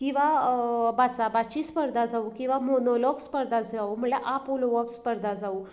किंवां भासाभाची स्पर्धा जावूं किंवा मोनोलाॅग स्पर्धा जावूं म्हणल्या् आप उलोवप स्पर्धा जावूं